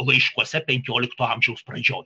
laiškuose penkiolikto amžiaus pradžioj